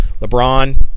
LeBron